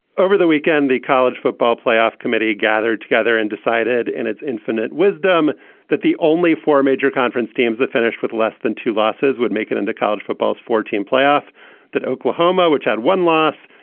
over the weekend, the college football playoff committee gathered together and decided in its infinite wisdom that the only four major conference teams that finished with less than two losses would make it into college football's fourteen playoff that oklahoma, which had one loss,